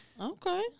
Okay